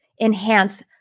enhance